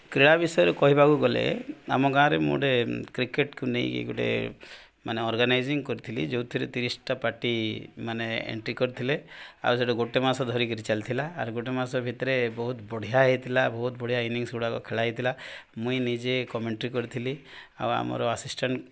କ୍ରୀଡ଼ା ବିଷୟରେ କହିବାକୁ ଗଲେ ଆମ ଗାଁରେ ମୁଁ ଗୋଟେ କ୍ରିକେଟ୍କୁ ନେଇକି ଗୋଟେ ମାନେ ଅର୍ଗାନାଇଜିଂ କରିଥିଲି ଯୋଉଥିରେ ତିରିଶ୍ଟା ପାର୍ଟି ମାନେ ଏଣ୍ଟ୍ରି କରିଥିଲେ ଆଉ ସେଟା ଗୋଟେ ମାସ ଧରିକିରି ଚାଲିଥିଲା ଆର୍ ଗୋଟେ ମାସ ଭିତ୍ରେ ବହୁତ୍ ବଢ଼ିଆ ହେଇଥିଲା ବହୁତ୍ ବଢ଼ିଆ ଇନିଂସ୍ଗୁଡ଼ାକ ଖେଳାହେଇଥିଲା ମୁଇଁ ନିଜେ କମେଣ୍ଟ୍ରି କରିଥିଲି ଆଉ ଆମର ଆସିଷ୍ଟାଣ୍ଟ୍